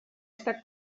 estat